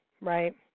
right